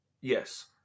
yes